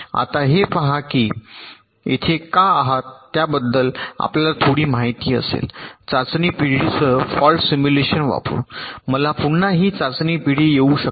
आता हे पहा की आपण येथे का आहात त्याबद्दल आपल्याला थोडी माहिती असेल चाचणी पिढीसह फॉल्ट सिम्युलेशन वापरुन मला पुन्हा ही चाचणी पिढी येऊ शकते